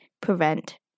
prevent